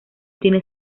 tiene